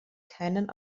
keinen